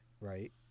right